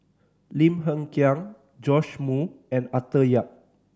Lim Hng Kiang Joash Moo and Arthur Yap